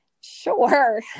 Sure